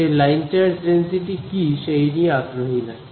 সে line charge density কি সেই নিয়ে আগ্রহী নয়